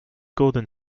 golden